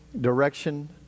direction